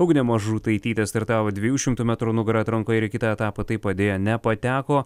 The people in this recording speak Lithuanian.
ugnė mažutaitytė startavo dviejų šimtų metrų nugara atrankoje ir į kitą etapą taip pat deja nepateko